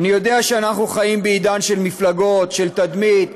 אני יודע שאנחנו חיים בעידן של מפלגות של תדמית,